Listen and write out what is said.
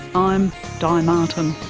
i'm di martin